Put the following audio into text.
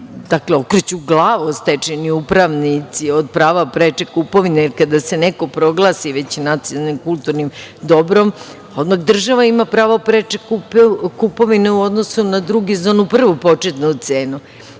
dakle, okreću glavu stečajni upravnici od prava preče kupovine, jer kada se neko proglasi već nacionalnim kulturnim dobrom, odmah država ima pravo preče kupovine u odnosu na druge za onu prvu početnu cenu. Da